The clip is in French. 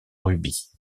rubis